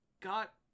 got